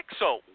pixel